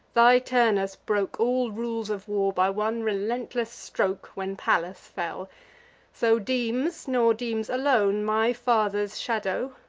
thy turnus broke all rules of war by one relentless stroke, when pallas fell so deems, nor deems alone my father's shadow,